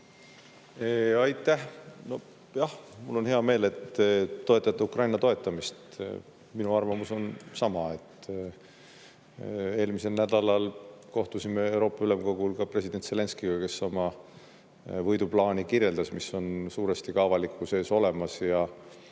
jah, mul on hea meel, et te toetate Ukraina toetamist. Minu arvamus on sama. Eelmisel nädalal kohtusime Euroopa Ülemkogul ka president Zelenskõiga, kes oma võiduplaani kirjeldas, mis on suuresti ka avalikkuses olemas.